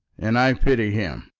and i pity him.